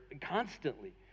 constantly